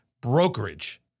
brokerage